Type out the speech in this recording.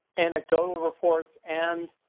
anecdotal reports and